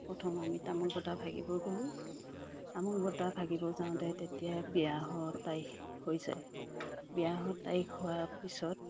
প্ৰথম আমি তামোল বটা ভাগিব গলোঁ তামোল বটা ভাগিব যাওঁতে তেতিয়া বিয়াৰ তাৰিখ হৈ যায় বিয়াৰ তাৰিখ হোৱা পিছত